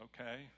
okay